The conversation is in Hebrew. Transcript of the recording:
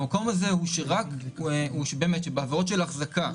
המקום הזה הוא שבעבירות של החזקה,